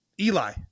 Eli